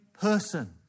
person